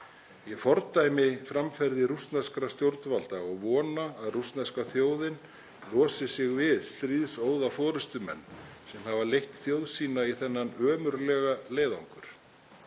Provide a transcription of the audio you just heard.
Ég fordæmi framferði rússneskra stjórnvalda og vona að rússneska þjóðin losi sig við stríðsóða forystumenn sem hafa leitt þjóð sína í þennan ömurlega leiðangur.